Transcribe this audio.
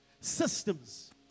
systems